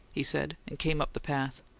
he said, and came up the path.